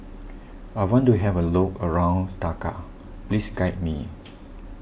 I want to have a look around Dakar Please guide me